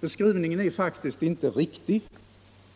Beskrivningen är faktiskt inte riktig.